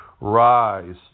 rise